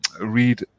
read